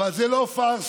אבל זה לא פארסה.